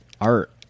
art